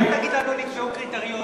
אז אל תגיד לנו: נקבעו קריטריונים.